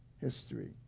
history